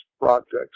projects